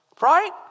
right